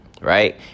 right